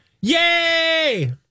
Yay